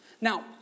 Now